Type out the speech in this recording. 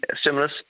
stimulus